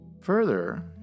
Further